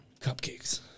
Cupcakes